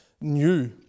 new